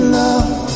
love